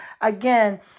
again